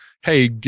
Hey